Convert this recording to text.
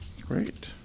great